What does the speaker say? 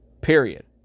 Period